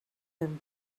him